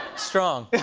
strong.